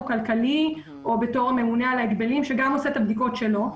כלכלי או כממונה על ההגבלים שגם עושה את הבדיקות שלו.